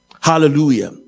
hallelujah